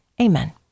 Amen